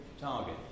target